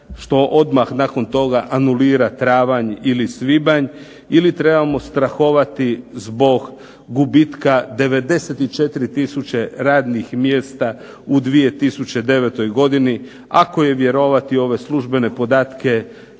što odmah nakon toga anulira travanj ili svibanj ili trebamo strahovati zbog gubitka 94 tisuće radnih mjesta u 2009. godini, ako je vjerovati ove službene podatke